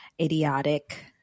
idiotic